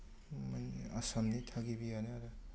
माने आसामनि थागिबियानो आरो